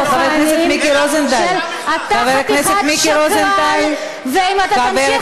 וזה מצדיק שתקבלי כסף מלוביסט ותקבלי את החוק שלו?